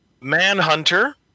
Manhunter